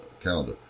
calendar